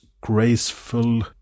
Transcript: graceful